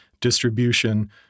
distribution